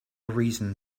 reason